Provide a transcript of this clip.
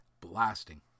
Blasting